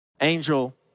Angel